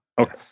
Okay